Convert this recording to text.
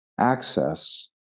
access